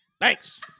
Thanks